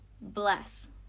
bless